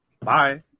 Bye